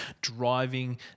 driving